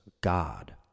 God